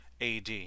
AD